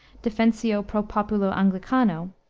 defensio pro populo anglicano,